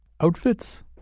outfits